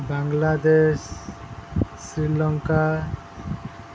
Bangladesh Sri Lanka